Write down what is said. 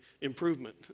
improvement